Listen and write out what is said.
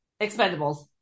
Expendables